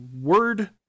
word